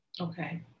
Okay